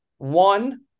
One